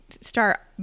start